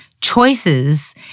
choices